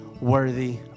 worthy